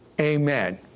Amen